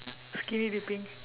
skinny dipping